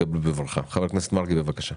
חבר הכנסת מרגי, בבקשה.